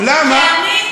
למה?